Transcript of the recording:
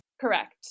Correct